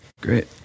great